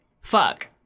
fuck